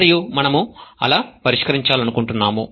మరియు మనము అలా పరిష్కరించాలనుకుంటున్నాము